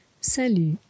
Salut